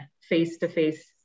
face-to-face